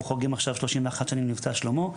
אנחנו חוגגים עכשיו 31 שנים ל"מבצע שלמה",